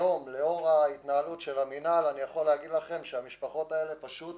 היום לאור ההתנהלות של המינהל אני יכול להגיד לכם שהמשפחות האלה פשוט